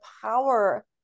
power